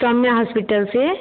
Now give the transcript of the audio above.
Saumya hospital से